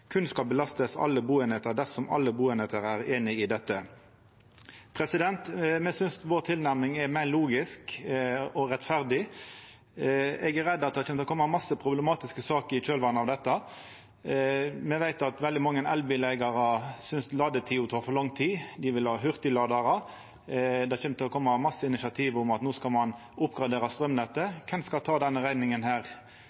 kun skal belastes alle boenheter dersom alle boenheter er enig i dette.» Me synest vår tilnærming er meir logisk og rettferdig. Eg er redd det kan koma masse problematiske saker i kjølvatnet av dette. Me veit at veldig mange elbileigarar synest ladinga tek for lang tid. Dei vil ha hurtigladarar. Det kjem til å koma masse initiativ om å oppgradera straumnettet. Kven skal